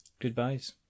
Goodbyes